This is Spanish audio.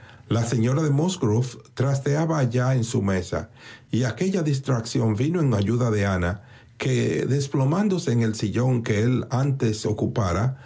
la señora de musgrove trasteaba allá en su mesa y aquella distracción vino en ayuda de ana que desplomándose en el sillón que él antes ocupara